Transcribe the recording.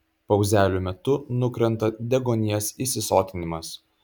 pauzelių metu nukrenta deguonies įsisotinimas